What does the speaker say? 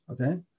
okay